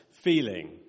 feeling